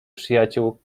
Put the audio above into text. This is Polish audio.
przyjaciół